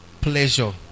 Pleasure